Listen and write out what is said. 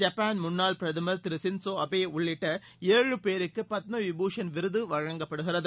Japan முன்னாள் பிரதமர் திரு சின்சோ அபே உள்ளிட்ட ஏழு பேருக்கு பத்ம விபுஷன் விருது வழங்கப்படுகிறது